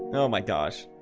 oh my gosh,